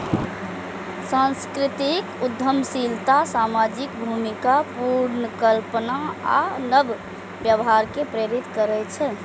सांस्कृतिक उद्यमशीलता सामाजिक भूमिका पुनर्कल्पना आ नव व्यवहार कें प्रेरित करै छै